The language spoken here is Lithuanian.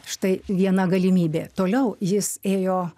štai viena galimybė toliau jis ėjo